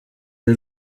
y’u